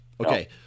Okay